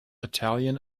italian